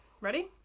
Ready